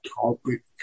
topic